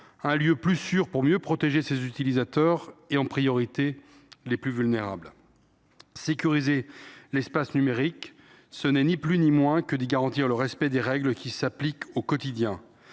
un lieu plus sûr pour mieux protéger ses utilisateurs, en priorité les plus vulnérables. Sécuriser l’espace numérique, ce n’est ni plus ni moins qu’y garantir le respect des règles qui s’appliquent au quotidien.